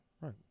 Right